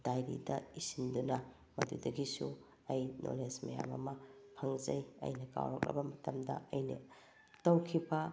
ꯗꯥꯏꯔꯤꯗ ꯏꯁꯤꯟꯗꯨꯅ ꯃꯗꯨꯗꯒꯤꯁꯨ ꯑꯩ ꯅꯣꯂꯦꯖ ꯃꯌꯥꯝ ꯑꯃ ꯐꯪꯖꯩ ꯑꯩꯅ ꯀꯥꯎꯔꯛꯂꯕ ꯃꯇꯝꯗ ꯑꯩꯅ ꯇꯧꯈꯤꯕ